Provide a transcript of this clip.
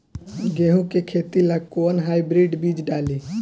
गेहूं के खेती ला कोवन हाइब्रिड बीज डाली?